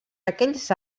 aquells